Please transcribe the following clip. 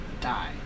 die